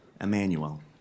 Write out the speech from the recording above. Emmanuel